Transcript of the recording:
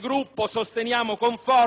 Gruppo sostiene con forza l'emendamento